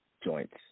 joints